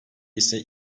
ise